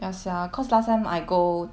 ya sia cause last time I go